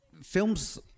films